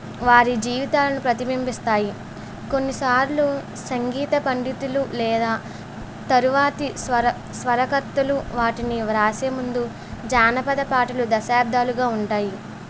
వారి జీవితాలను ప్రతిభింబిస్తాయి కొన్నిసార్లు సంగీత పండితులు లేదా తరువాతి స్వర స్వరకర్తలు వాటిని వ్రాసేముందు జానపద పాటలు దశాబ్దాలుగా ఉంటాయి